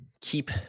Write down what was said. keep